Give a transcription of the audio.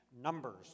Numbers